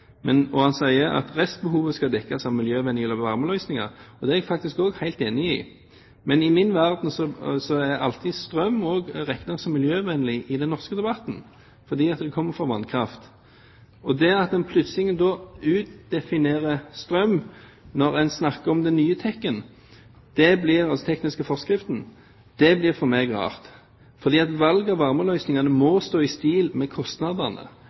Men i min verden er alltid også strøm regnet som miljøvennlig i den norske debatten, fordi den kommer fra vannkraft. Det at man plutselig utdefinerer strøm når man snakker om den nye TEK-en, altså den tekniske forskriften, blir for meg rart, for valg av varmeløsningene må stå i stil med kostnadene.